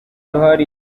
n’imodoka